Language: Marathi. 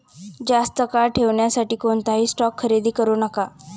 जास्त काळ ठेवण्यासाठी कोणताही स्टॉक खरेदी करू नका